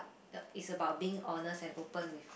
uh it's about being honest and open with